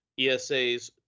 ESAs